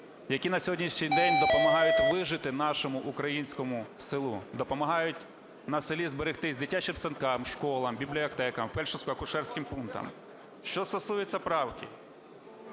які на сьогоднішній день допомагають вижити нашому українському селу, допомагають на селі зберегтись дитячим садкам, школам, бібліотекам, фельдшерсько-акушерським пунктам. Що стосується правки,